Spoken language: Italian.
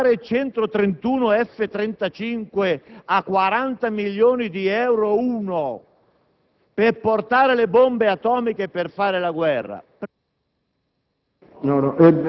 invece di comprare 131 F-35 a 40 milioni di euro l'uno per portare le bombe atomiche e fare la guerra